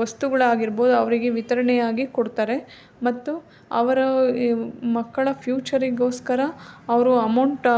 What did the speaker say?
ವಸ್ತುಗಳಾಗಿರ್ಬೋದು ಅವರಿಗೆ ವಿತರಣೆಯಾಗಿ ಕೊಡ್ತಾರೆ ಮತ್ತು ಅವರ ಮಕ್ಕಳ ಫ್ಯೂಚರಿಗೋಸ್ಕರ ಅವರು ಅಮೌಂಟ್